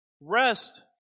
Rest